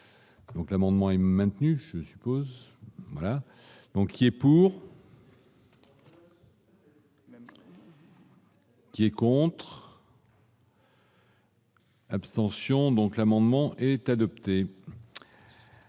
Donc, l'amendement est maintenu, je suppose, voilà donc il est pour. Les comptes. Abstention donc l'amendement est adopté.